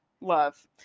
Love